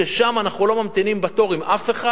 ששם אנחנו לא ממתינים בתור עם אף אחד.